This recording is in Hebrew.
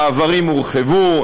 המעברים הורחבו,